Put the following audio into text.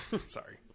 Sorry